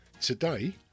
today